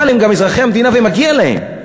אבל הם גם אזרחי המדינה, ומגיע להם.